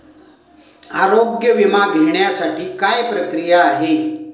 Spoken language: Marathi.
आरोग्य विमा घेण्यासाठी काय प्रक्रिया आहे?